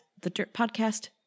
thedirtpodcast